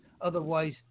Otherwise